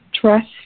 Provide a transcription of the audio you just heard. trust